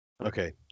Okay